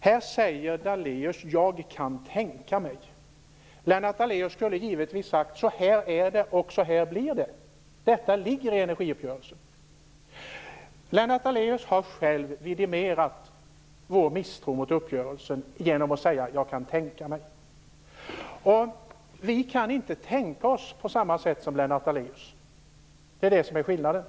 Här säger Daléus "jag kan tänka mig" när han givetvis skulle ha sagt: Så här är det, och så här blir det. Detta ligger i energiuppgörelsen. Lennart Daléus har själv vidimerat vår misstro mot uppgörelsen genom att säga "jag kan tänka mig". Vi kan inte "tänka oss" på samma sätt som Lennart Daléus. Det är skillnaden.